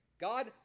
God